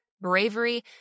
bravery